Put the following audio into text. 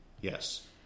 Yes